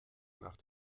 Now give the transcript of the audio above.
nach